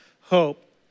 hope